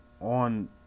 on